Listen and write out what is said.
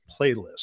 playlist